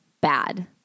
bad